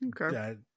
Okay